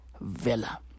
villa